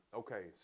okay